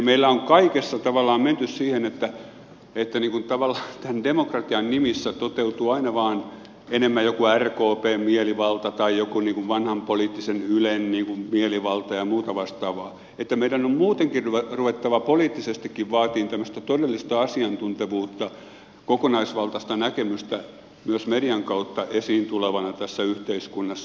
meillä on kaikessa tavallaan menty siihen että tavallaan tämän demokratian nimissä toteutuu aina vain enemmän joku rkpn mielivalta tai joku vanhan poliittisen ylen mielivalta ja muuta vastaavaa että meidän on muutenkin ruvettava poliittisestikin vaatimaan tämmöistä todellista asiantuntevuutta kokonaisvaltaista näkemystä myös median kautta esiin tulevana tässä yhteiskunnassa